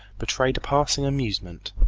betrayed a passing amusement.